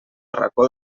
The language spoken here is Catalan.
racó